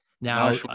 Now